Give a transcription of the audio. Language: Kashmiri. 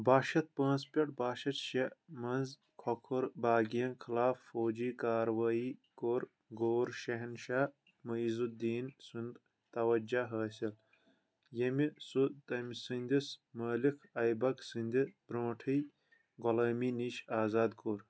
بَہہ شؠتھ پانٛژھ پؠٹھ بَہہ شؠتھ شےٚ منٛز کھوکھر بٲغین خلاف فوجی کارٕوٲیی کوٚرغور شہنشاہ مُعیٖز الدیٖن سُنٛد توجہ حٲصِل ییٚمہِ سُہ تمہِ سندِس مٲلِكھ ایبَک سٕنٛدِ برٛونٛٹھٕے غۄلٲمی نِش آزاد کوٚر